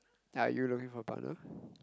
are you looking for a partner